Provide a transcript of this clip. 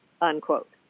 Unquote